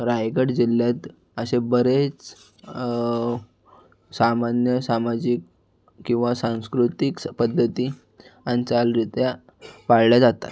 रायगड जिल्ह्यात असे बरेच सामान्य सामाजिक किंवा सांस्कृतिक सपद्धती आणि चालरित्या पाळल्या जातात